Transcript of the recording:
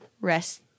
rest